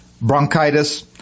bronchitis